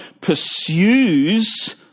pursues